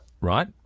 Right